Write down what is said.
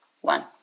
one